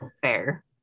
fair